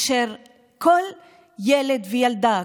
אשר כל ילד וילדה,